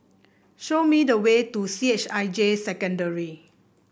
show me the way to C H I J Secondary